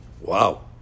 Wow